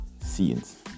scenes